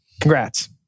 Congrats